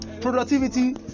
productivity